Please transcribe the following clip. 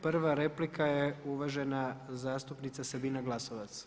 Prva replika je uvažena zastupnica Sabina Glasovac.